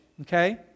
okay